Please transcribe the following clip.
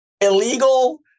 illegal